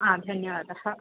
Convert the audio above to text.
आ धन्यवादः